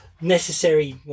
necessary